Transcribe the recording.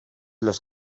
los